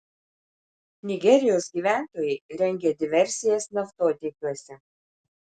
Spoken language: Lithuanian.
nigerijos gyventojai rengia diversijas naftotiekiuose